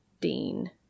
dean